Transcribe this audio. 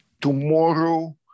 tomorrow